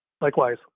likewise